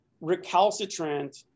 recalcitrant